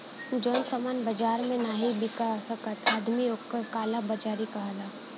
जौन सामान बाजार मे नाही बिक सकत आदमी ओक काला बाजारी कहला